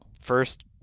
first